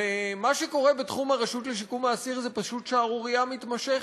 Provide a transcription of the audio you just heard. ומה שקורה בתחום הרשות לשיקום האסיר זה פשוט שערורייה מתמשכת.